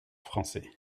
français